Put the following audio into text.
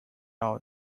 all